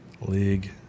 League